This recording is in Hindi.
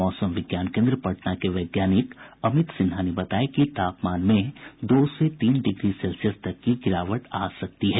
मौसम विज्ञान केन्द्र पटना के वैज्ञानिक अमित सिन्हा ने बताया कि तापमान में दो से तीन डिग्री सेल्सियस तक की गिरावट आ सकती है